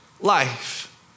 life